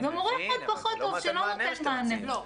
ומורה אחד פחות טוב שלא נותן מענה.